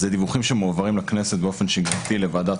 אז אלה דיווחים שמועברים לכנסת באופן שגרתי לוועדת